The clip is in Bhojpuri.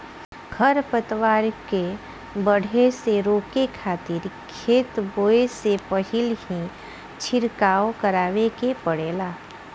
खर पतवार के बढ़े से रोके खातिर खेत बोए से पहिल ही छिड़काव करावे के पड़ेला